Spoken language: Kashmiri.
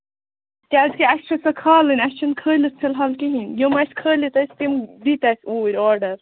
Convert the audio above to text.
کیٛازِ کہِ اَسہِ چھِ سۄ کھالٕنۍ اَسہِ چھُ نہٕ کھٲلِتھ فِلحال کِہیٖنٛۍ یِم اَسہِ کھٲلِتھ ٲسۍ تِم دِتۍ اَسہِ اوٗرۍ آرڈر